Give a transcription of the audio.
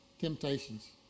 temptations